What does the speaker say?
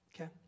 Okay